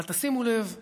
אבל תשימו לב לשמאי: